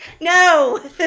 No